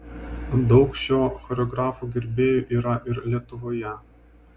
daug šio choreografo gerbėjų yra ir lietuvoje